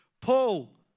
Paul